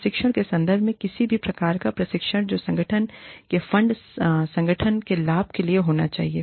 प्रशिक्षण के संदर्भ में किसी भी प्रकार का प्रशिक्षण जो संगठन के फंड संगठन के लाभ के लिए होना चाहिए